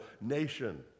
nation